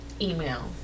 email